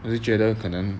我就觉得可能